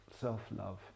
self-love